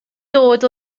dod